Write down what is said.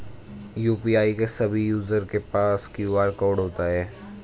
UPI के सभी user के पास क्यू.आर कोड होता है